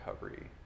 recovery